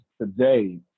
today